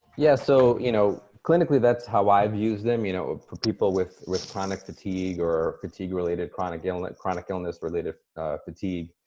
yeah, so you know clinically that's how i've used them you know ah for people with with chronic fatigue or fatigue-related chronic illness, chronic illness related fatigue.